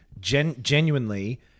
genuinely